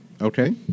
Okay